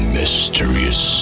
mysterious